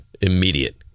Immediate